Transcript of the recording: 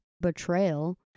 betrayal